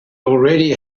already